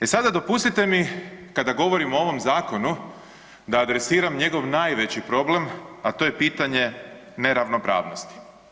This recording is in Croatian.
E sada dopustite mi kada govorim o ovom zakonu da adresiram njegov najveći problem, a to je pitanje neravnopravnosti.